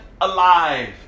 alive